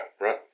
right